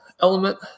element